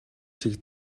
шиг